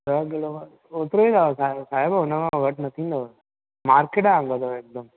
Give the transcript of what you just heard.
ॾह किलो ओतिरो ई अथव सा साहिबु हुन खां घटि न थींदुव मार्केट जा अघु अथव हिकदमि